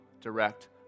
direct